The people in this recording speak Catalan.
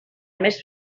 més